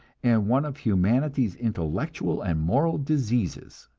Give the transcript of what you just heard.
and one of humanity's intellectual and moral diseases.